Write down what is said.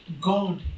God